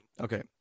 okay